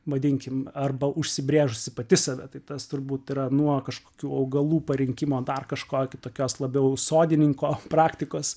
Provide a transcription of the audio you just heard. vadinkim arba užsibrėžusi pati save tai tas turbūt nuo kažkokių augalų parinkimo dar kažko kitokios labiau sodininko praktikos